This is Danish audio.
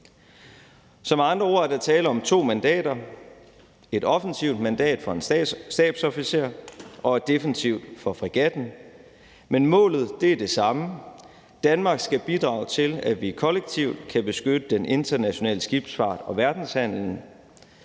Med andre ord er der tale om to mandater. Der er et offensivt mandat for en stabsofficer og et defensivt for fregatten, men målet er det samme: Danmark skal bidrage til, at vi kollektivt kan beskytte den internationale skibsfart og verdenshandelen.